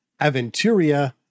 Aventuria